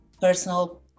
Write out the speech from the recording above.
personal